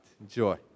enjoy